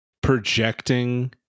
projecting